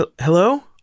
hello